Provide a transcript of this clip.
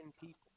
people